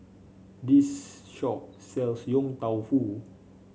this shop sells Yong Tau Foo